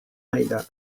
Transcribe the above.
aida